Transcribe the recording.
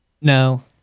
No